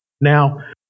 Now